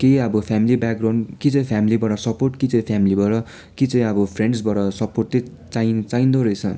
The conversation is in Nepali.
केही अब फ्यामिली ब्याकग्राउन्ड कि चाहिँ फ्यामिलीबाट सपोर्ट कि चाहिँ फ्यामिलीबाट कि चाहिँ अब फ्रेन्ड्सबाट सपोर्टे चाहिँ चाहिँदो रहेछ